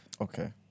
Okay